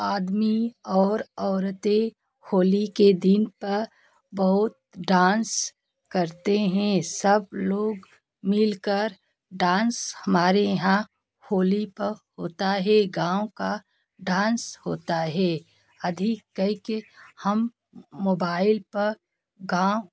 आदमी और औरतें होली के दिन पर बहुत डांस करते हैं सब लोग मिल कर डांस हमारे यहाँ होली पर होता है गाँव का डांस होता है अधिक कर के हम मोबाइल पर गाँव